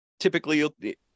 Typically